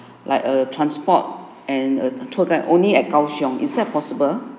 like a transport and a tour guide only at kano siong is that possible